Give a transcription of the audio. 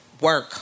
work